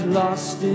lost